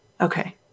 Okay